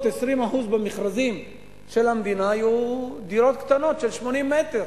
ש-20% במכרזים של המדינה יהיו דירות קטנות של 80 מטר.